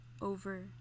over